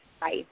Bye